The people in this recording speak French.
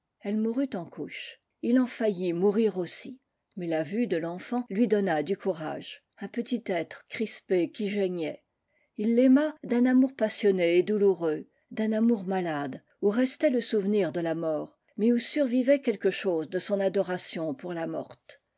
elle mourut en couches ii en faillit mourir aussi mais la vue de l'enfant lui donna du courage un petit être crispé qui geignait ii l'aima d'un amour passionné et douloureux d'un amour malade où restait le souvenir de la mort mais où survivait quelque chose de son adoration pour la morte